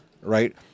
right